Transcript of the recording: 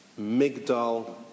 Migdal